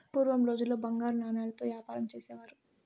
పూర్వం రోజుల్లో బంగారు నాణాలతో యాపారం చేసేవారు